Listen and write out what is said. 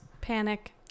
Panic